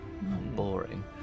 Boring